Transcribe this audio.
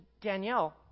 Danielle